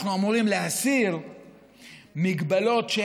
אנחנו אמורים להסיר מגבלות כלכליות,